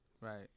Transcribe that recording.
Right